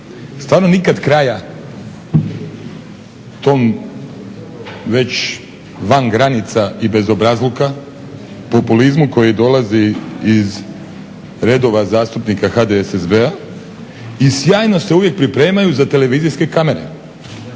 Stvarno nikad kraja tom već van granica i bezobrazluka populizmu koji dolazi iz redova zastupnika HDSSB-a i sjajno se uvijek pripremaju za televizijske kamere.